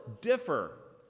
differ